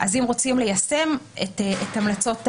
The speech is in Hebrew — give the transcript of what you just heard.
אז אם רוצים ליישם את המלצות הוועדה,